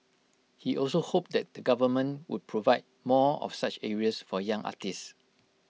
he also hoped that the government would provide more of such areas for young artists